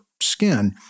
skin